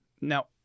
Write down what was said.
Now